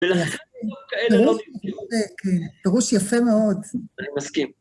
פירוש יפה מאוד. אני מסכים.